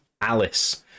alice